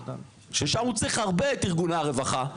ששם הוא צריך הרבה את ארגוני הרווחה,